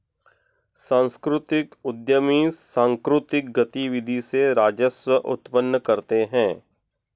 सांस्कृतिक उद्यमी सांकृतिक गतिविधि से राजस्व उत्पन्न करते हैं